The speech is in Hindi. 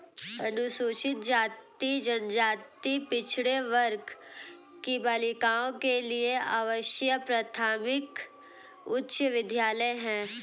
अनुसूचित जाति जनजाति पिछड़े वर्ग की बालिकाओं के लिए आवासीय प्राथमिक उच्च विद्यालय है